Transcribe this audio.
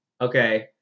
okay